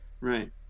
Right